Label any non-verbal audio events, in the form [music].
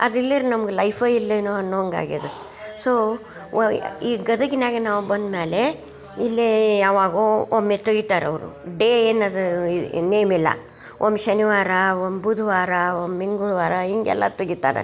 ಅದಿಲ್ಲಿರ ನಮ್ಗೆ ಲೈಫೇ ಇಲ್ಲೇನು ಅನ್ನುವಂಗಾಗಿದೆ ಸೋ ವ ಈ ಗದಗಿನಾಗೆ ನಾವು ಬಂದ ಮೇಲೆ ಇಲ್ಲೇ ಯಾವಾಗೋ ಒಮ್ಮೆ ತೆಗಿತಾರವರು ಡೇ [unintelligible] ನೇಮಿಲ್ಲ ಒಮ್ಮೆ ಶನಿವಾರ ಒಮ್ಮೆ ಬುಧವಾರ ಒಮ್ಮೆ ಮಂಗಳ್ವಾರ ಹಿಂಗೆಲ್ಲ ತೆಗಿತಾರೆ